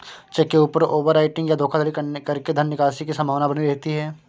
check के ऊपर overwriting या धोखाधड़ी करके धन निकासी की संभावना बनी रहती है